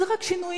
תצא,